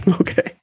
Okay